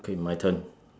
okay my turn